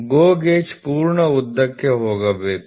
GO gauge ಪೂರ್ಣ ಉದ್ದಕ್ಕೆ ಹೋಗಬೇಕು